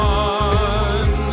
one